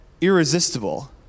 irresistible